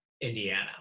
Indiana